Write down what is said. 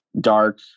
dark